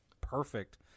perfect